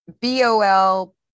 B-O-L